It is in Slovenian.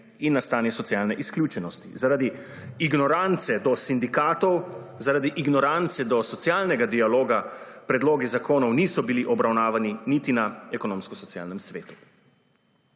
in na stanje socialne izključenosti. Zaradi ignorance do sindikatov, zaradi ignorance do socialnega dialoga predlogi zakonov niso bili obravnavani niti na Ekonomsko-socialnem svetu.